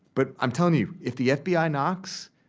but i'm telling you, if the fbi knocks,